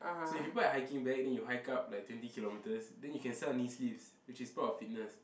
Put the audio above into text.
so if you put a hiking bag then you hike up like twenty kilometers then you can sell knee sleeves which is part of fitness